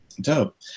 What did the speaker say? Dope